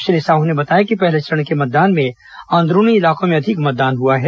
श्री साहू ने बताया कि पहले चरण के मतदान में अंदरूनी इलाकों में अधिक मतदान हुआ है